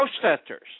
protesters